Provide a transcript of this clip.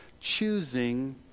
choosing